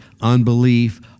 unbelief